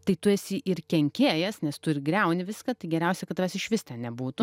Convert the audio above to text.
tai tu esi ir kenkėjas nes tu ir griauni viską tai geriausia kad tavęs išvis ten nebūtų